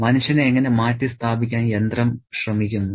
മനുഷ്യനെ എങ്ങനെ മാറ്റിസ്ഥാപിക്കാൻ യന്ത്രം ശ്രമിക്കുന്നു